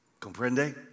Comprende